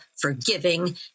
forgiving